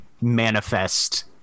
manifest